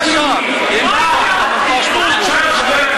תסביר לנו מה הדחיפות.